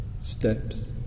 steps